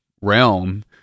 realm